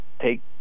take